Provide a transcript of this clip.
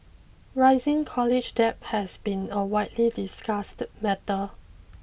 rising college debt has been a widely discussed matter